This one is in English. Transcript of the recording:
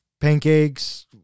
pancakes